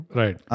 right